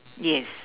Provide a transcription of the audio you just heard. yes